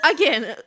Again